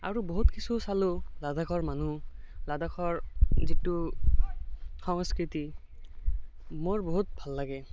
আৰু বহুত কিছু চালোঁ লাডাখৰ মানুহ লাডাখৰ যিটো সংস্কৃতি মোৰ বহুত ভাল লাগে